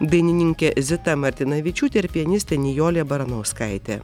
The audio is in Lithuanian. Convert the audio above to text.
dainininkė zita martinavičiūtė ir pianistė nijolė baranauskaitė